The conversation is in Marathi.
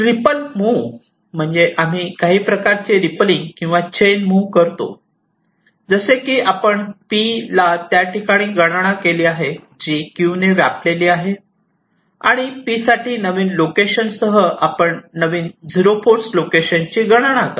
रिपल मूव्ह म्हणजे आम्ही काही प्रकारची रिपलिंग किंवा चैन मूव्ह करतो जसे की आपण सेल 'p' ला त्या ठिकाणी गणना केली आहे जी 'q' ने व्यापलेली आहे आणि 'p' साठी नवीन लोकेशनसह आपण नवीन 0 फोर्स लोकेशनची गणना करा